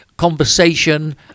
conversation